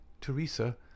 Teresa